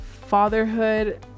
fatherhood